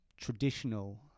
traditional